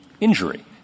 injury